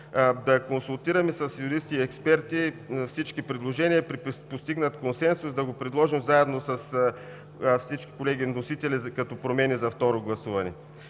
да консултираме с юристи и експерти всички предложения. При постигнат консенсус да го предложим заедно с всички колеги вносители като промени за второ гласуване,